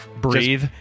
Breathe